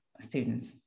students